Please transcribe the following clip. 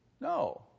No